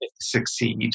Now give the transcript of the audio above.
succeed